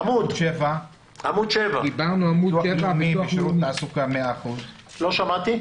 עמוד 7. ביטוח לאומי ושירות תעסוקה 100%. לא שמעתי.